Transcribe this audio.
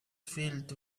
filled